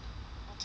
找菜 ah